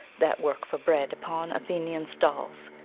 that work for bread upon athenian stalls,